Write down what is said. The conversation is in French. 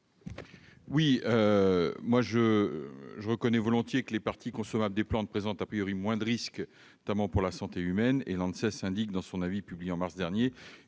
? Je le reconnais volontiers, les parties consommables des plantes présentent moins de risques, notamment pour la santé humaine. Comme l'ANSES l'indique dans son avis publié en mars dernier